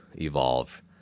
evolve